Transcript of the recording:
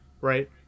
right